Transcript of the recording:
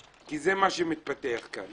כי זה מה שמתפתח פה.